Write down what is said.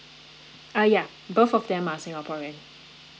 uh ya both of them are singaporeans